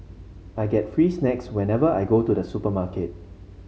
I get free snacks whenever I go to the supermarket